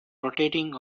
rotating